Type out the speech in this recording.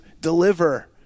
deliver